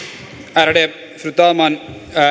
ärade fru talman